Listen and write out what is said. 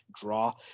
draw